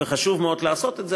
וחשוב מאוד לעשות את זה.